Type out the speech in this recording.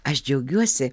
aš džiaugiuosi